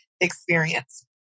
experience